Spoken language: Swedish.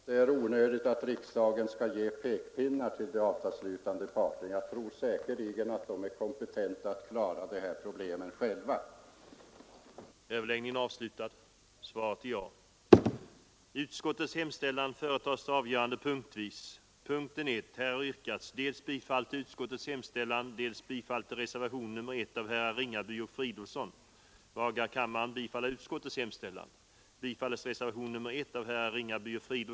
Herr talman! Jag tror att det är onödigt att riksdagen skall ge Samordning mellan pekpinnar åt de avtalslutande parterna. Säkerligen är de kompetenta att socialförsäkringen klara de här problemen själva.